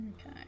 Okay